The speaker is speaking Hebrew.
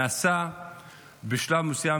נעשה בשלב מסוים,